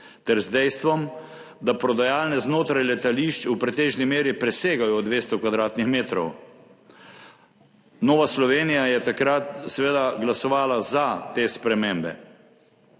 ter z dejstvom, da prodajalne znotraj letališč v pretežni meri presegajo 200 kvadratnih metrov. Nova Slovenija je takrat seveda glasovala za te spremembe.